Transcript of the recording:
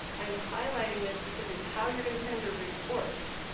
i'm highlighting this because it's how you're gonna send your reports.